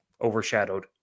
overshadowed